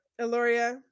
Eloria